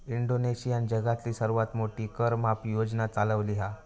इंडोनेशियानं जगातली सर्वात मोठी कर माफी योजना चालवली हा